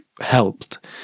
helped